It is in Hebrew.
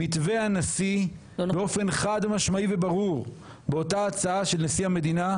מתווה הנשיא באופן חד משמעי וברור באותה הצעה של נשיא המדינה,